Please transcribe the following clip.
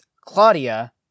Claudia